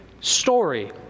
story